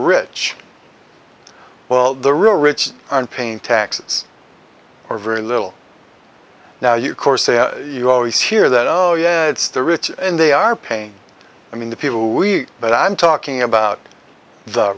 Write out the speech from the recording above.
rich well the rich aren't paying taxes or very little now you course you always hear that oh yeah it's the rich and they are pain i mean the people we but i'm talking about the